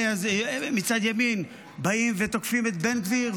מצד ימין באים ותוקפים את בן גביר,